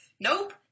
nope